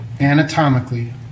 anatomically